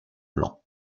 blancs